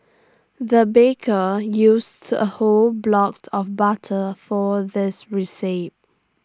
the baker used A whole blocked of butter for this recipe